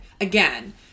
Again